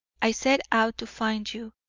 i set out to find you,